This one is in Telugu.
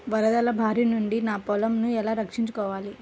వరదల భారి నుండి నా పొలంను ఎలా రక్షించుకోవాలి?